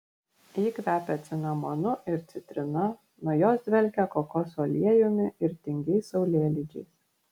ji kvepia cinamonu ir citrina nuo jos dvelkia kokosų aliejumi ir tingiais saulėlydžiais